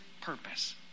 purpose